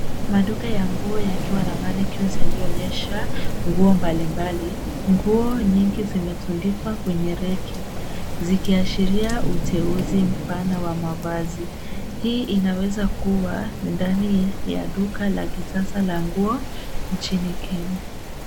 Maduka ya nguo yakiwa na mannequins yaliyoonyesha nguo mbalimbali. Nguo nyingi zimetundikwa kwenye reki, zikiashiria uteuzi mpana wa mavazi. Hii inaweza kuwa ndani ya duka la kisasa la nguo nchini Kenya.